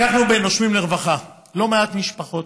לקחנו ב"נושמים לרווחה" לא מעט משפחות